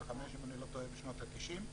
95 אם אני לא טועה, ליזם